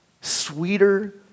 Sweeter